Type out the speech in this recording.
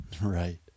Right